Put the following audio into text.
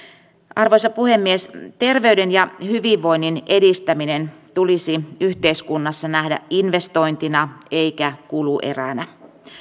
arvoisa puhemies terveyden ja hyvinvoinnin edistäminen tulisi yhteiskunnassa nähdä investointina eikä kulueränä